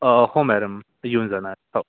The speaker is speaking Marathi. अं हो मॅडम येऊन जाणार हो